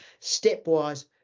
stepwise